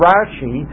Rashi